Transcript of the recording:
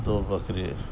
دو بکرے